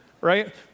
right